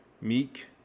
meek